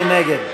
מי נגד?